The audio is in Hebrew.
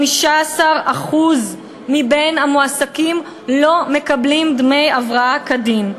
15% מהמועסקים לא מקבלים דמי הבראה כדין.